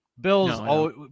Bill's